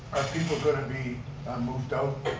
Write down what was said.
are people going to be moved out?